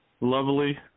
Lovely